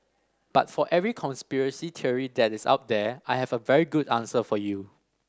but for every conspiracy theory that is out there I have a very good answer for you